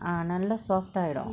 ah நல்ல:nalla soft ஆகிடு:aakidu